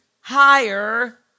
higher